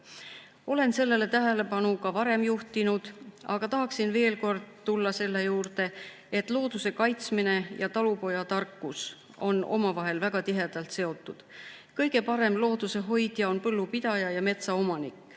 Olen sellele ka varem tähelepanu juhtinud, aga tahaksin veel kord tulla selle juurde, et looduse kaitsmine ja talupojatarkus on omavahel väga tihedalt seotud. Kõige parem looduse hoidja on põllupidaja ja metsaomanik.